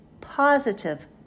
positive